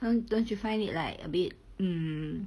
don't don't you find it like a bit mm